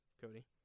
Cody